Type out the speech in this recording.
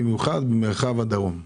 במיוחד במרחב הדרום.